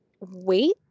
wait